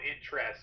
interest